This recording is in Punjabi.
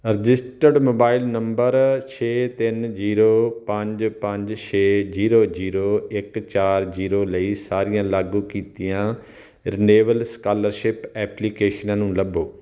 ਰਜਿਸਟਰਡ ਮੋਬਾਈਲ ਨੰਬਰ ਛੇ ਤਿੰਨ ਜ਼ੀਰੋ ਪੰਜ ਪੰਜ ਛੇ ਜ਼ੀਰੋ ਜ਼ੀਰੋ ਇੱਕ ਚਾਰ ਜ਼ੀਰੋ ਲਈ ਸਾਰੀਆਂ ਲਾਗੂ ਕੀਤੀਆਂ ਰਿਨਿਵੇਲ ਸਕਾਲਰਸ਼ਿਪ ਐਪਲੀਕੇਸ਼ਨਾਂ ਨੂੰ ਲੱਭੋ